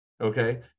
okay